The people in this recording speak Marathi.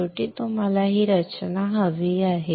शेवटी तुम्हाला ही रचना हवी आहे